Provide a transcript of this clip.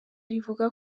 rivuga